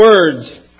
words